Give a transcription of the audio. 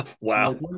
Wow